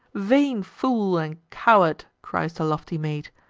vain fool, and coward! cries the lofty maid,